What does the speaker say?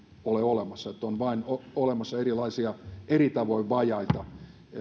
ole olemassa on vain olemassa erilaisia eri tavoin vajaita